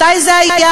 מתי זה היה?